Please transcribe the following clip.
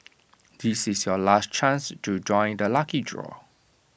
this is your last chance to join the lucky draw